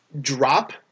Drop